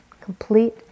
complete